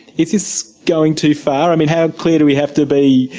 is this going too far? i mean how clear do we have to be,